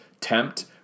tempt